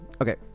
okay